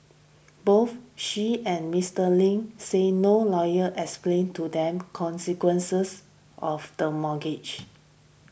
both she and Mister Ling said no lawyer explained to them consequences of the mortgage